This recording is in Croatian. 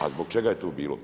A zbog čega je to bilo?